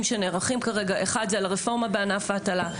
שמתקיימים כרגע: אחד זה על הרפורמה בענף ההטלה,